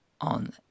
on